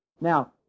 Now